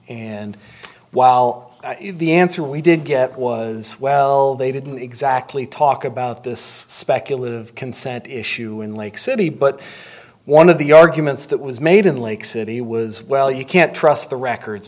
and while the answer we did get was well they didn't exactly talk about this speculative consent issue in lake city but one of the arguments that was made in lake city was well you can't trust the records